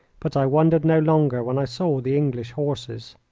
but i wondered no longer when i saw the english horses.